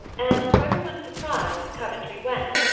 and to everyone's surprise, coventry went,